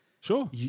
Sure